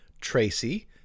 Tracy